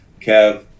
Kev